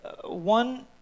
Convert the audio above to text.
One